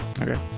Okay